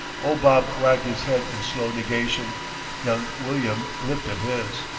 old bob wagged his head in slow negation young william lifted his.